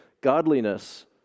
Godliness